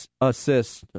assists